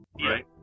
right